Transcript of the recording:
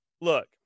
look